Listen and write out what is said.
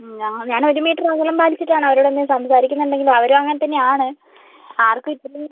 ഞാനൊരു മീറ്റർ അകലം പാലിച്ചിട്ടാണ് അവരോടെന്തെങ്കിലും സംസാരിക്കുന്നുണ്ടെങ്കിലും അവരും അങ്ങനെ തന്നെ ആണ് ആർക്കും ഇപ്പഴും